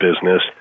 business